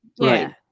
Right